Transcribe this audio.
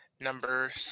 number